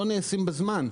לא יהיו מוכנים בזמן.